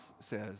says